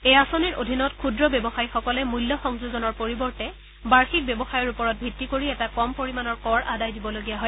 এই আঁচনিৰ অধীনত ক্ষুদ্ৰ ব্যৱসায়ীসকলে মূল্য সংযোজনৰ পৰিৱৰ্তে বাৰ্ষিক ব্যৱসায়ৰ ওপৰত ভিত্তি কৰি এটা কম পৰিমাণৰ কৰ আদায় দিবলগীয়া হয়